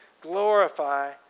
glorify